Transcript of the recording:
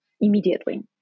immediately